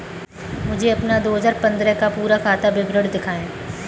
मुझे अपना दो हजार पन्द्रह का पूरा खाता विवरण दिखाएँ?